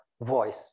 voice